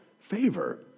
favor